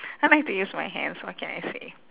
I like to use my hands what can I say